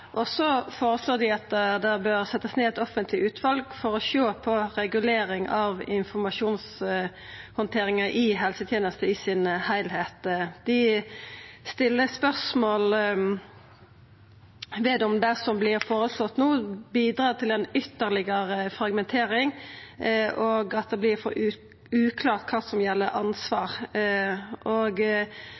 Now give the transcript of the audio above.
og så føreslår dei at det bør setjast ned eit offentleg utval for å sjå på reguleringa av informasjonshandteringa i helsetenesta i sin heilskap. Dei stiller spørsmål om det som no vert føreslått, bidrar til ei ytterlegere fragmentering, og at det vert for uklart kva som gjeld ansvar.